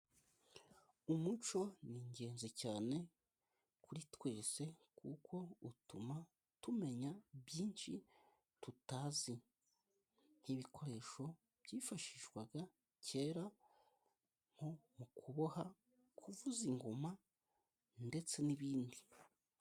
Umuco ni ingenzi cyane kuri twese kuko utuma tumenya byinshi tutazi, nk'ibikoresho byifashishwaga kera nko mu kuboha, kuvuza ingoma ndetse n'ibindi.